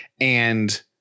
And-